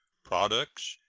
products,